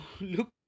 look